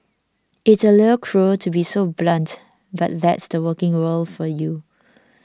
it's a little cruel to be so blunt but that's the working world for you